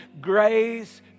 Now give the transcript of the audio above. Grace